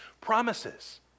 promises